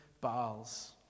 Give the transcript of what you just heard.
Baal's